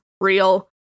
real